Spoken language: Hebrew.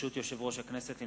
ברשות יושב-ראש הכנסת,